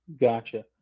Gotcha